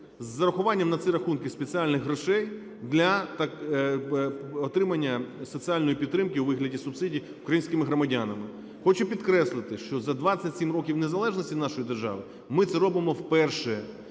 з зарахуванням на ці рахунки спеціальних грошей для отримання соціальної підтримки у вигляді субсидій українськими громадянами. Хочу підкреслити, що за 27 років незалежності нашої держави ми це робимо вперше.